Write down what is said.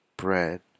bread